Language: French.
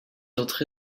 entré